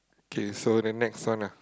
okay so then next one ah